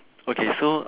okay so